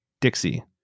Dixie